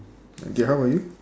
okay how about you